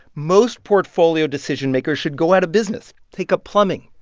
most portfolio decision makers should go out of business take up plumbing,